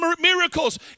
miracles